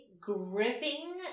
gripping